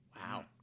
Wow